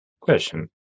Question